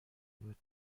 بود